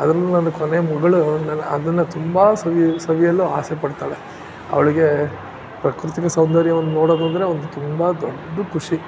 ಅದರಲ್ಲೂ ನನ್ನ ಕೊನೆ ಮಗಳು ನನ್ನ ಅದನ್ನು ತುಂಬ ಸವಿ ಸವಿಯಲು ಆಸೆ ಪಡ್ತಾಳೆ ಅವಳಿಗೆ ಪ್ರಾಕೃತಿಕ ಸೌಂದರ್ಯವನ್ನು ನೋಡೋದು ಅಂದರೆ ಒಂದು ತುಂಬ ದೊಡ್ಡ ಖುಷಿ